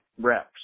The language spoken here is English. reps